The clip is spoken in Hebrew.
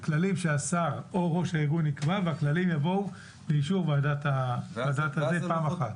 הכללים שהשר או ראש הארגון יקבע והכללים יבואו לאישור הוועדה פעם אחת.